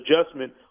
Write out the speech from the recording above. adjustment